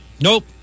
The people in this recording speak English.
Nope